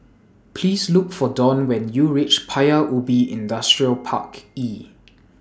Please Look For Dawn when YOU REACH Paya Ubi Industrial Park E